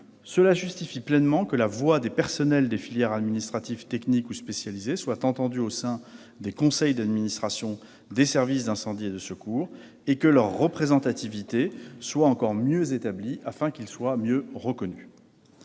Cela justifie pleinement que la voix des personnels des filières administratives, techniques ou spécialisées soit entendue au sein des conseils d'administration des services d'incendie et de secours, et que leur représentativité soit encore mieux établie, afin qu'ils soient mieux reconnus.